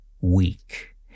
weak